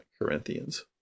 Corinthians